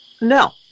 No